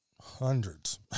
hundreds